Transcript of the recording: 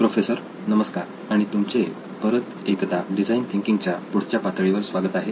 professor नमस्कार आणि तुमचे परत एकदा डिझाईन थिंकिंग च्या पुढच्या पातळीवर स्वागत आहे